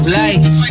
lights